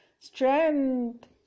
strength